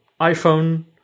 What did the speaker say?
iPhone